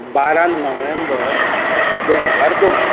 बारा नोव्हेंबर दोन हजार दोन